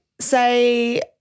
say